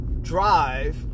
drive